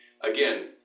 Again